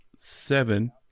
Seven